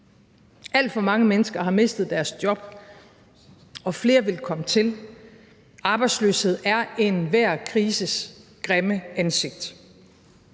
Alt for mange mennesker har mistet deres job, og flere vil komme til. Arbejdsløshed er enhver krises grimme ansigt.